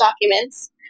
documents